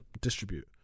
distribute